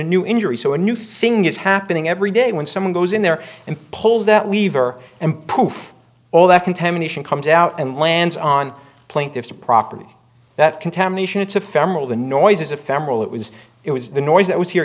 a new injury so a new thing is happening every day when someone goes in there and pull that lever and poof all that contamination comes out and lands on plaintiff's property that contamination it's a femoral the noise is ephemeral it was it was the noise that was here